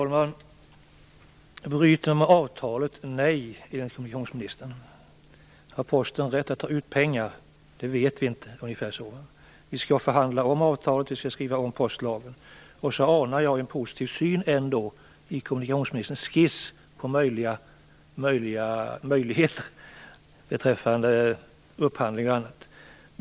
Fru talman! Bryta med avtalet? Nej, enligt kommunikationsministern. Har Posten rätt att ta ut pengar? Det vet vi inte. Ungefär så lät det. Vi ska förhandla om avtalet och skriva om postlagen. Trots detta anar jag en positiv syn i kommunikationsministerns skiss över möjligheterna för upphandling och annat.